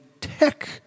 tech